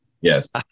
Yes